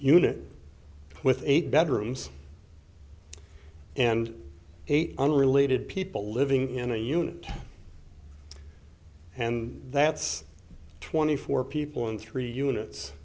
unit with eight bedrooms and eight unrelated people living in a unit and that's twenty four people in three units